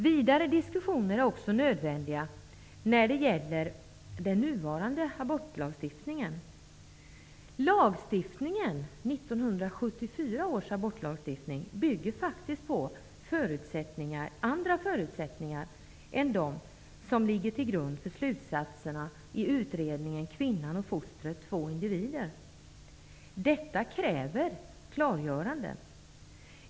Vidare diskussioner är också nödvändiga när det gäller den nuvarande abortlagstiftningen. 1974 års abortlagstiftning bygger faktiskt på andra förutsättningar än de som ligger till grund för slutsatserna i utredningen Den gravida kvinnan och fostret -- två individer. Detta kräver klargöranden.